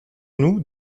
nous